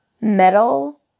metal